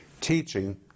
teaching